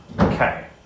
Okay